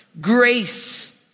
grace